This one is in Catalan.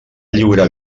lliurar